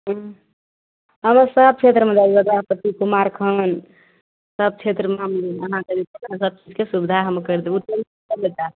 हूँ हम सभ क्षेत्रमे जाइये बद्यापति कुमार खण्ड सभ क्षेत्रमे सभचीजके सुविधा हम करि देबय